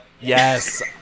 yes